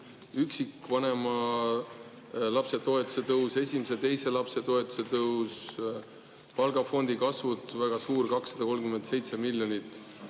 üksikvanema lapse toetuse tõus, esimese ja teise lapse toetuse tõus, palgafondi kasvud – väga suur, 237 miljonit